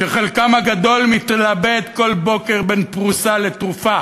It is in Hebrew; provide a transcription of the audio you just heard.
שחלקם הגדול מתלבט כל בוקר בין פרוסה לתרופה.